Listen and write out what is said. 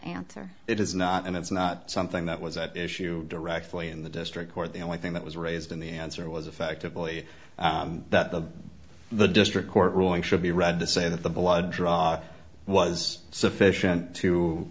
answer it is not and it's not something that was at issue directly in the district court the only thing that was raised in the answer was effectively that the the district court ruling should be read to say that the blood draw was sufficient to